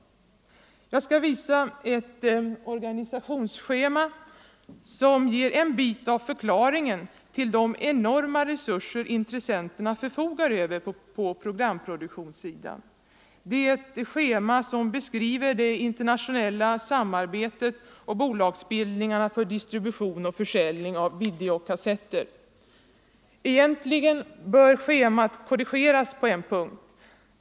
Jag skall på kammarens bildskärm visa ett organisationsschema, som ger en bit av förklaringen till de enorma resurser intressenterna förfogar över på programproduktionssidan. Det är ett schema som beskriver det internationella samarbetet och bolagsbildningarna för distribution och försäljning av videokassetter. Egentligen bör schemat korrigeras på ett par punkter.